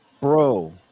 bro